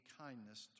kindness